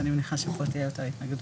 שאני מניחה שפה תהיה יותר התנגדות.